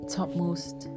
topmost